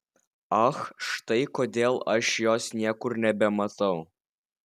ach štai kodėl aš jos niekur nebematau